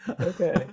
okay